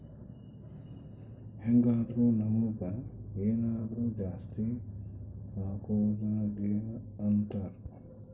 ಹೆಂಗಾದ್ರು ನಮುಗ್ ಏನಾದರು ಜಾಸ್ತಿ ಅಗೊದ್ನ ಗೇನ್ ಅಂತಾರ